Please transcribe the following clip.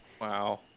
Wow